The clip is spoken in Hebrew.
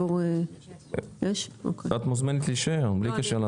את מוזמנת להישאר, בלי קשר להצבעות.